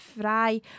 Fry